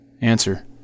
Answer